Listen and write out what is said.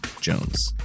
Jones